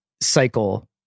cycle